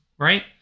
right